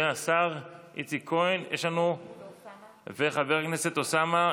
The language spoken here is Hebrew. השר איציק כהן וחבר הכנסת אוסאמה,